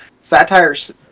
satire's